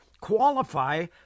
qualify